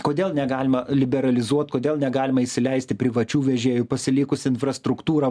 kodėl negalima liberalizuot kodėl negalima įsileisti privačių vežėjų pasilikus infrastruktūrą